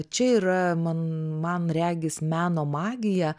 čia yra man man regis meno magija